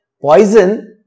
poison